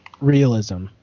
realism